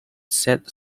said